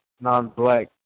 non-black